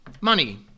money